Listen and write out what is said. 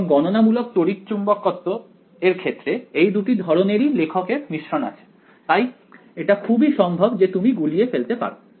এবং গণনামূলক তড়িচ্চুম্বকত্ব এর ক্ষেত্রে এই দুটি ধরণেরই লেখক এর মিশ্রণ আছে তাই এটা খুবই সম্ভব যে তুমি গুলিয়ে ফেলতে পারো